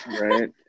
right